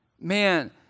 man